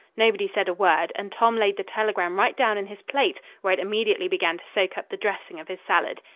nobody said a word, and tom laid the telegram right down in his plate, where it immediately began to soak up the dressing of his salad.